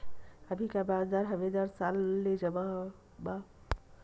अभी का ब्याज दर हवे दस साल ले जमा मा?